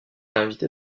invitée